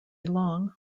long